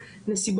לדוגמה,